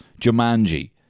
Jumanji